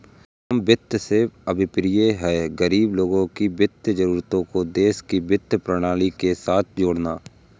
सूक्ष्म वित्त से अभिप्राय है, गरीब लोगों की वित्तीय जरूरतों को देश की वित्तीय प्रणाली के साथ जोड़ना